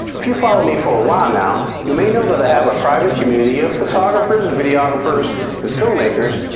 if you've followed me for a while now, you may know that i have a private community of photographers, videographers and filmmakers,